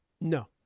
No